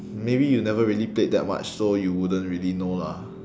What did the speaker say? maybe you never really played that much so you wouldn't really know lah